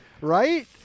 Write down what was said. right